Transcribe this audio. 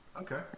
Okay